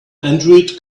android